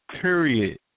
period